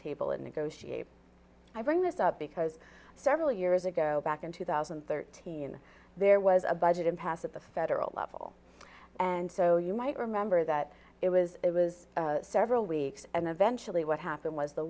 table and negotiate i bring this up because several years ago back in two thousand and thirteen there was a budget impasse at the federal level and so you might remember that it was it was several weeks and eventually what happened was the